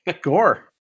Gore